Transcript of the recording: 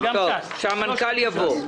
שהמנכ"ל יבוא.